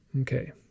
Okay